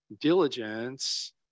diligence